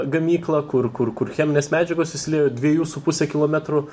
gamyklą kur kur kur cheminės medžiagos išsiliejo dviejų su puse kilometrų